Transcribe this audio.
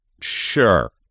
sure